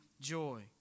joy